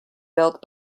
built